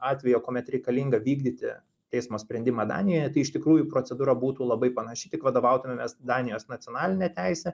atvejo kuomet reikalinga vykdyti teismo sprendimą danijoje tai iš tikrųjų procedūra būtų labai panaši tik vadovautumėmės danijos nacionaline teise